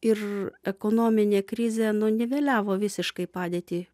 ir ekonominė krizė nu niveliavo visiškai padėtį